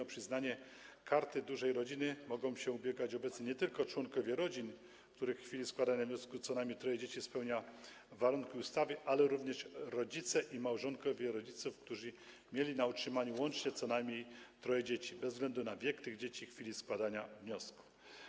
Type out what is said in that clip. O przyznanie Karty Dużej Rodziny mogą ubiegać się obecnie nie tylko członkowie rodzin, w których w chwili składania wnioski co najmniej troje dzieci spełnia warunki ustawy, ale również rodzice i małżonkowie rodziców, którzy mieli na utrzymaniu łącznie co najmniej troje dzieci, bez względu na wiek tych dzieci w chwili składania wniosku.